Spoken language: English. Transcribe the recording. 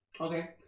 Okay